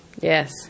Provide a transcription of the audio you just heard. Yes